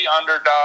underdog